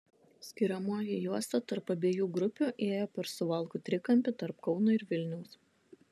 skiriamoji juosta tarp abiejų grupių ėjo per suvalkų trikampį tarp kauno ir vilniaus